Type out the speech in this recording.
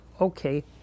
okay